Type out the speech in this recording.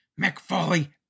McFoley